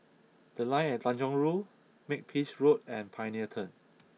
the Line at Tanjong Rhu Makepeace Road and Pioneer Turn